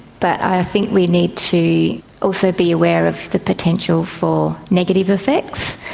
but i think we need to also be aware of the potential for negative effects.